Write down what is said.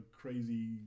crazy